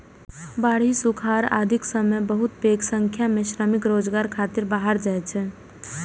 बाढ़ि, सुखाड़ आदिक समय बहुत पैघ संख्या मे श्रमिक रोजगार खातिर बाहर जाइ छै